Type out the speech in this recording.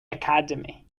academy